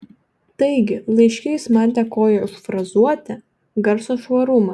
taigi laiške jis man dėkoja už frazuotę garso švarumą